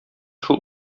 шул